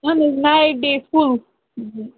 اَہَن حظ نایِٹ ڈیے فُل